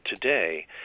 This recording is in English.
today